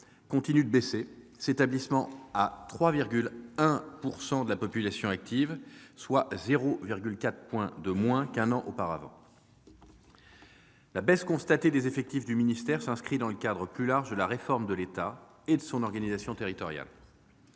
-continue de baisser, s'établissant à 3,1 % de la population active, soit 0,4 point de moins qu'un an auparavant. La baisse constatée des effectifs du ministère s'inscrit dans le cadre plus large de la réforme de l'État et de son organisation territoriale.